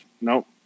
Nope